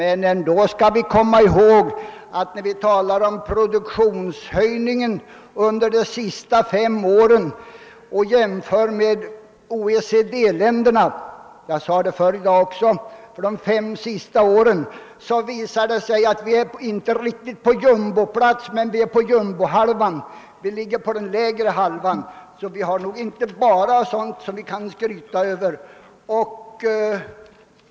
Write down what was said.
Ändå visar det sig, som jag har sagt förut i dag, vid en jämförelse beträffande produktionshöjningen under de senaste fem åren, att vi visserligen inte riktigt ligger på jumboplats bland OECD-länderna men i alla fall befinner oss på den lägre halvan. Vi har alltså inte bara sådant som vi kan skryta över.